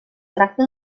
tracta